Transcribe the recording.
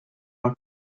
are